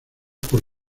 por